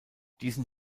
diesen